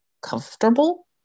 comfortable